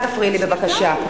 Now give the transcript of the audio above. אל תפריעי לי בבקשה.